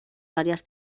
varias